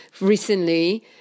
recently